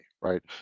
right